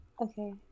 Okay